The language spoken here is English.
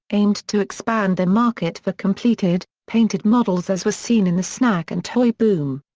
aimed to expand the market for completed, painted models as was seen in the snack and toy boom.